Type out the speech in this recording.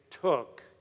took